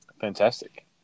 fantastic